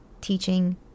teaching